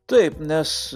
taip nes